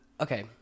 okay